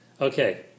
Okay